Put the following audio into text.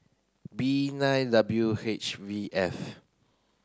B nine W H V F